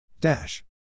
Dash